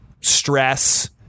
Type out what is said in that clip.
stress